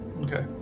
okay